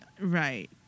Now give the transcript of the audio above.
right